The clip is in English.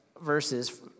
verses